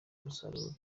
umusaruro